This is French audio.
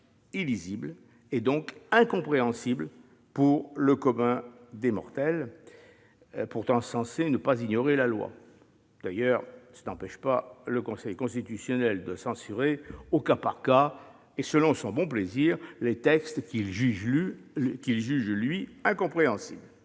illisible, donc incompréhensible pour le commun des mortels, qui est pourtant censé ne pas ignorer la loi. Cela n'empêche d'ailleurs pas le Conseil constitutionnel de censurer, au cas par cas et selon son bon plaisir, les textes qu'il juge incompréhensibles.